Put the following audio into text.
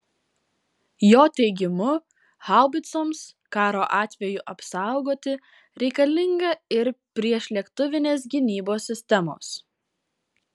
jo teigimu haubicoms karo atveju apsaugoti reikalinga ir priešlėktuvinės gynybos sistemos